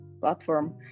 platform